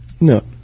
No